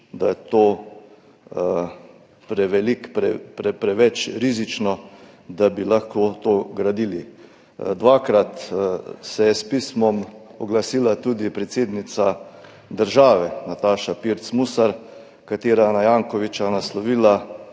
da je to preveč rizično, da bi lahko to gradili. Dvakrat se je s pismom oglasila tudi predsednica države Nataša Pirc Musar, ki je na Jankovića naslovila